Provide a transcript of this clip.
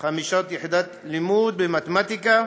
של חמש יחידות לימוד במתמטיקה,